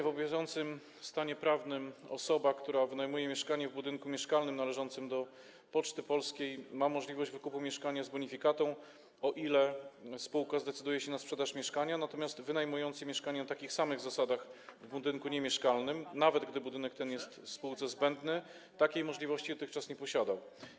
W obowiązującym stanie prawnym osoba, która wynajmuje mieszkanie w budynku mieszkalnym należącym do Poczty Polskiej, ma możliwość wykupu mieszkania z bonifikatą, o ile spółka zdecyduje się na sprzedaż mieszkania, natomiast wynajmujący mieszkanie na takich samych zasadach w budynku niemieszkalnym, nawet gdy budynek ten jest spółce zbędny, takiej możliwości dotychczas nie posiadał.